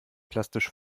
plastisch